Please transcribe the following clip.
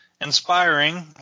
Inspiring